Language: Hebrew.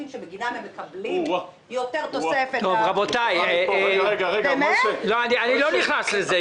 שבגינן הן מקבלות תוספת --- אני לא נכנס לזה,